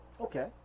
Okay